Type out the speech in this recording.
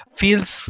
feels